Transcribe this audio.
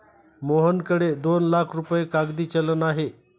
मोहनकडे दोन लाख रुपये कागदी चलन आहे